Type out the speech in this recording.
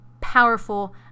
powerful